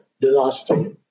disaster